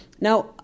Now